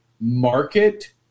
market